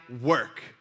work